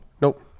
Nope